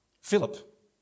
Philip